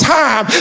time